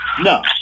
No